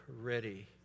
ready